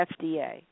FDA